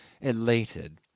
elated